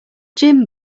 gin